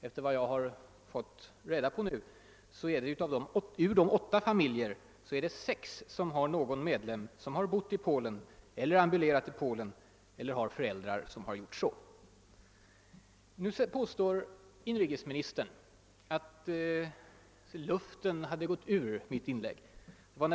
Efter vad jag har erfarit har sex av de åtta familjerna någon medlem som har bott eller ambulerat i Polen eller har föräldrar som har gjort det. Inrikesministern påstår att luften har gått ur mitt inlägg.